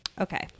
Okay